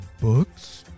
books